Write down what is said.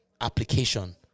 application